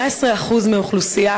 18% מהאוכלוסייה